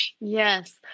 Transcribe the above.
Yes